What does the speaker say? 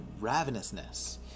ravenousness